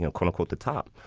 know, quote-unquote the top.